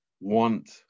want